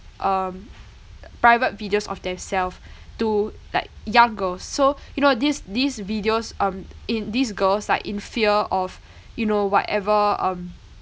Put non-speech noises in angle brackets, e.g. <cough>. um private videos of themself <breath> to like young girls so you know these these videos um in these girls like in fear of <breath> you know whatever um